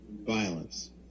violence